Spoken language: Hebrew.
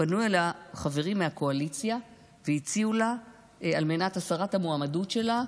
פנו אליה חברים מהקואליציה והציעו לה תפקידים תמורת הסרת המועמדות שלה,